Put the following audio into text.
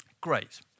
Great